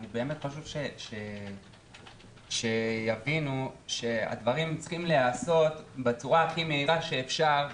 אני באמת חושב שיבינו שהדברים צריכים להיעשות בצורה הכי מהירה שאפשר.